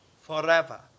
forever